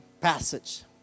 passage